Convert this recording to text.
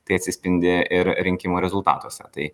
tai atsispindi ir rinkimų rezultatuose tai